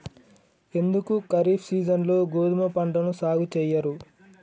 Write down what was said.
ఎందుకు ఖరీఫ్ సీజన్లో గోధుమ పంటను సాగు చెయ్యరు?